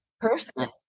person